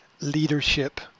leadership